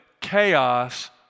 chaos